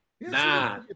nah